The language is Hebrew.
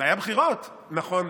היו בחירות, נכון.